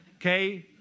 okay